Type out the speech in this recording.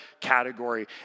category